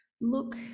look